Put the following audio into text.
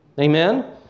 Amen